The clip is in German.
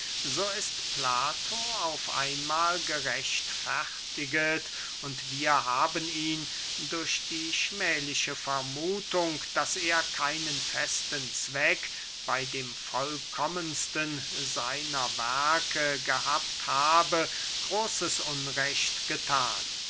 so ist plato auf einmahl gerechtfertigt und wir haben ihn durch die schmähliche vermuthung daß er keinen festen zweck bey dem vollkommensten seiner werke gehabt habe großes unrecht gethan